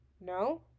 no